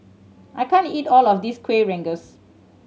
I can't eat all of this Kueh Rengas